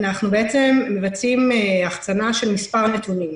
אנחנו בעצם מבצעים החצנה של מספר נתונים,